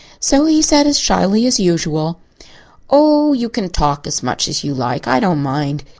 so he said as shyly as usual oh, you can talk as much as you like. i don't mind.